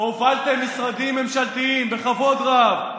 הובלתם משרדים ממשלתיים בכבוד רב.